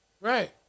Right